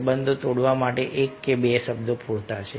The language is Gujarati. સંબંધ તોડવા માટે 1 કે 2 શબ્દો પૂરતા છે